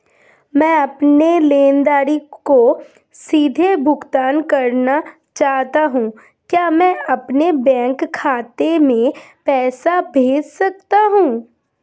मैं अपने लेनदारों को सीधे भुगतान करना चाहता हूँ क्या मैं अपने बैंक खाते में पैसा भेज सकता हूँ?